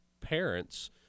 parents